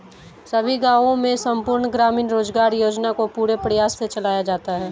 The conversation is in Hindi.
सभी गांवों में संपूर्ण ग्रामीण रोजगार योजना को पूरे प्रयास से चलाया जाता है